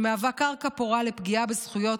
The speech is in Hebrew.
שמהווה קרקע פורה לפגיעה בזכויות,